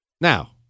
Now